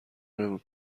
نمی